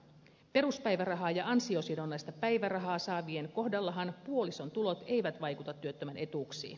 peruspäivärahaa ja ansiosidonnaista päivärahaa saavien kohdallahan puolison tulot eivät vaikuta työttömän etuuksiin